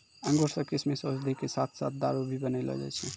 अंगूर सॅ किशमिश, औषधि के साथॅ साथॅ दारू भी बनैलो जाय छै